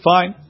Fine